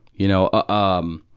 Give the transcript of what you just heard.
you know, um,